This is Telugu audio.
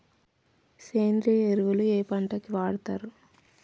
సేంద్రీయ ఎరువులు ఏ పంట కి వాడుతరు?